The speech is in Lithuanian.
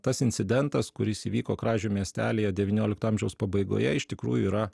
tas incidentas kuris įvyko kražių miestelyje devyniolikto amžiaus pabaigoje iš tikrųjų yra